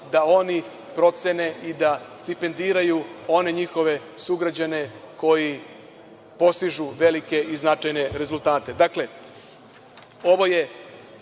da oni procene i da stipendiraju one njihove sugrađane koji postižu velike i značajne rezultate. Dakle, ovo je